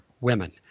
Women